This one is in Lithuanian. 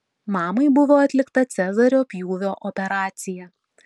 mamai buvo atlikta cezario pjūvio operacija